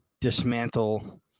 dismantle